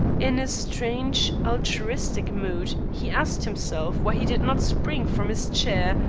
in strange altruistic mood he asked himself why he did not spring from his chair,